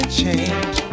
change